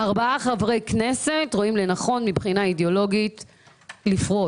ארבעה חברי כנסת רואים לנכון מבחינה אידיאולוגית לפרוש.